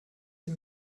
sie